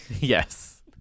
Yes